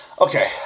Okay